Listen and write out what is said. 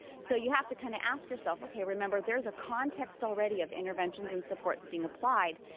so you have to kinda ask yourself, okay remember there's a context already of interventions and supports being applied,